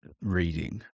reading